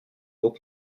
haut